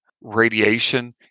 radiation